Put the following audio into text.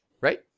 Right